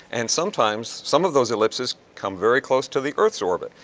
and sometimes some of those ellipses come very close to the earth's orbit.